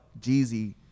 Jeezy